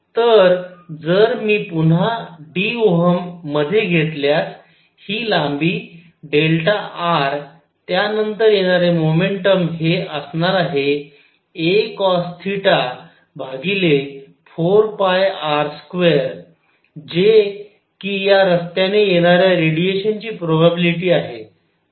तर जर मी पुन्हा d मध्ये घेतल्यास ही लांबी r त्या नंतर येणारे मोमेंटम हे असणार आहे acosθ4π r2 जे कि या रस्त्याने येणाऱ्या रेडिएशन ची प्रोबॅबिलिटी आहे